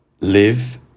live